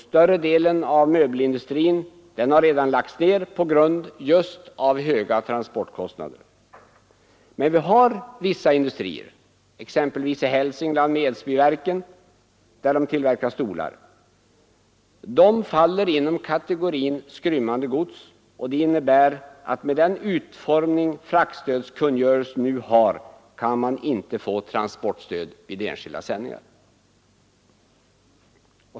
Större delen av möbelindustrin har redan lagts ned just på grund av höga transportkostnader, men vi har i Hälsingland t.ex. Edsbyverken som tillverkar bl.a. stolar. Dessa faller inom kategorin skrymmande gods, och det innebär att man, med den utformning fraktstödskungörelsen nu har, inte kan få transportstöd vid enskilda sändningar.